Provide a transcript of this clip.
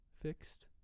fixed